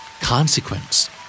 Consequence